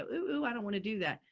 ah ooh, i don't want to do that.